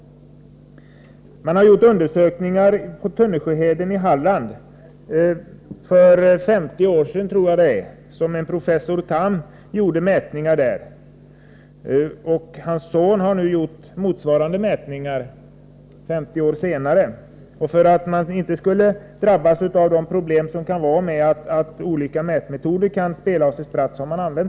Man gjorde undersökningar på Tönnesjöheden i Halland för 50 år sedan. Det var en professor Tham som gjorde mätningar där, och hans son har nu gjort motsvarande mätningar 50 år senare. För att olika mätmetoder inte skulle spela några spratt har man använt samma mätmetoder som för 50 år sedan.